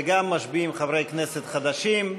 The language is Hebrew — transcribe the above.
וגם משביעים חברי כנסת חדשים,